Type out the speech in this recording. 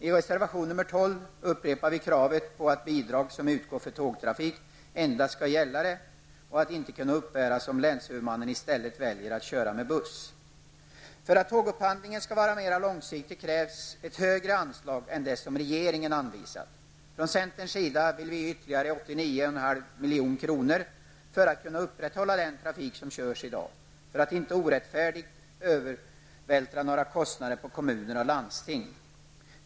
I reservation 12 upprepar vi kravet att bidrag som utgår för tågtrafik endast skall gälla för detta och inte kunna uppbäras om länshuvudmannen i stället väljer att köra med buss. För att tågupphandlingen skall vara mera långsiktig krävs ett högre anslag än det som regeringen anvisat. Från centerns sida vill vi ge ytterligare 89,5 milj.kr. för att kunna upprätthålla den trafik som körs i dag och för att inte orättfärdigt övervältra några kostnader på kommuner och landsting.